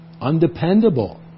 undependable